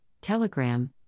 Telegram